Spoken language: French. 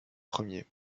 premiers